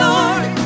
Lord